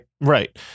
Right